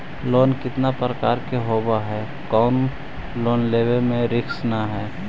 Loan कितना प्रकार के होबा है कोन लोन लेब में रिस्क न है?